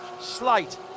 slight